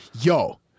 Yo